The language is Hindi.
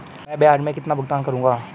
मैं ब्याज में कितना भुगतान करूंगा?